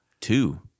two